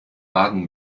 baden